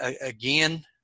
again